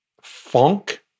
funk